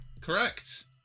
Correct